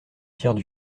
tirent